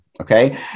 Okay